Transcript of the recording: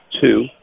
two